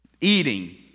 eating